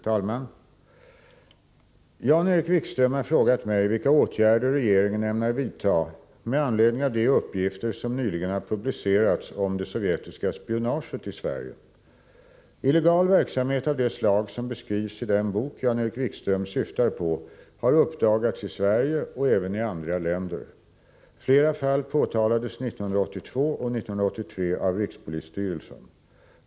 Fru talman! Jan-Erik Wikström har frågat mig vilka åtgärder regeringen ämnar vidta med anledning av de uppgifter som nyligen har publicerats om Illegal verksamhet av det slag som beskrivs i den bok Jan-Erik Wikström syftar på har uppdagats i Sverige och även i andra länder. Fléra fall påtalades 1982 och 1983 av rikspolisstyrelsen.